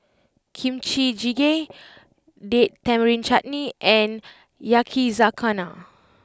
Kimchi Jjigae Date Tamarind Chutney and Yakizakana